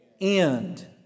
end